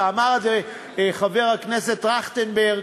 ואמר את זה חבר הכנסת טרכטנברג,